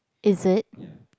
is it